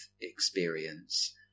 experience